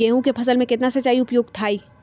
गेंहू के फसल में केतना सिंचाई उपयुक्त हाइ?